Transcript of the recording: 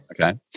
Okay